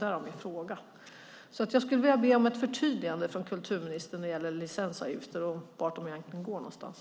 Jag vill be om ett förtydligande från kulturministern när det gäller licensavgifter och vart de egentligen går någonstans.